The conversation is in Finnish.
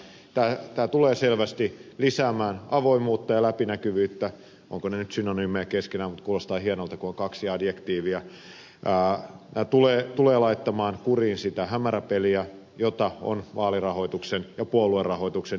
tämä tulee selvästi lisäämään avoimuutta ja läpinäkyvyyttä ovatko ne nyt synonyymejä keskenään mutta kuulostaa hienolta kun on kaksi adjektiivia tulee laittamaan kuriin sitä hämäräpeliä jota on vaalirahoituksen ja puoluerahoituksen ympärillä ollut